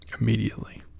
Immediately